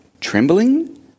trembling